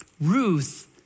Ruth